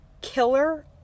killer